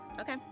Okay